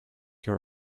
your